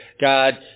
God